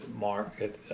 market